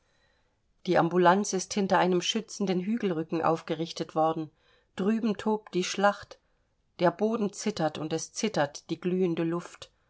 die ambulance ist hinter einem schützenden hügelrücken aufgerichtet worden drüben tobt die schlacht der boden zittert und es zittert die glühende luft